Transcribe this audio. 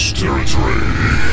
territory